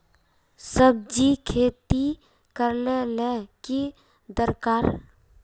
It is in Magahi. सब्जी खेती करले ले की दरकार?